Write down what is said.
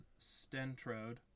Stentrode